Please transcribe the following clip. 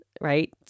right